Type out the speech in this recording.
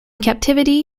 captivity